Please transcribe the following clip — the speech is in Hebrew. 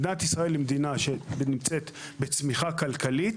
מדינת ישראל היא מדינה שנמצאת בצמיחה כלכלית